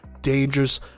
dangerous